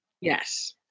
Yes